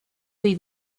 see